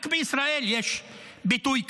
רק בישראל יש ביטוי כזה.